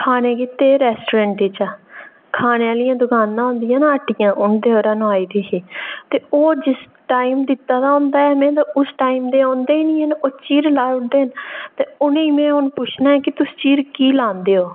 खानै गितै रैस्टोरेंट चा खानै आह्लियां होंदियां ना हट्टियां उं'दे परा नोहाई दी ही ते ओह् जिस टाइम दा दित्ते दा होंदा में ओह् टाइम दे औंदे निं हैन चिर लाई ओड़दे न ते हून में उ'नें गी पुच्छना कि तुस चिर की लांदे ओ